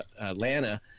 Atlanta